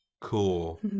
cool